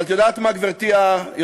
אבל את יודעת מה, גברתי היושבת-ראש?